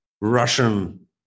Russian